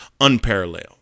unparalleled